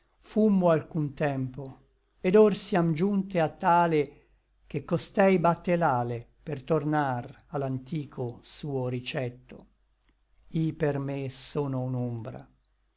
fummo alcun tempo et or siam giunte a tale che costei batte l'ale per tornar a l'anticho suo ricetto i per me sono un'ombra